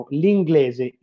l'inglese